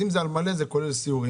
אם זה על מלא, זה כולל סיורים.